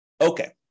Okay